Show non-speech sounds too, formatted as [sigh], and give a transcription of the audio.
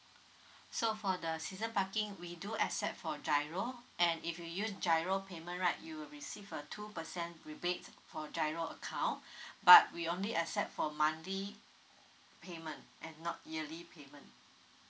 so for the season parking we do accept for GIRO and if you use GIRO payment right you will receive a two percent rebates for GIRO account [breath] but we only accept for monthly payment and not yearly payment